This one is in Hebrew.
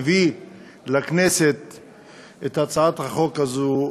מביא לכנסת את הצעת החוק הזו,